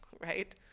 right